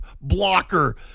blocker